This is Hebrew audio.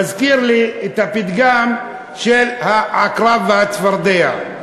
מזכיר לי את הפתגם על העקרב והצפרדע,